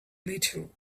little